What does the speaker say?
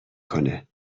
کنه